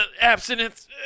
abstinence